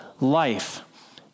life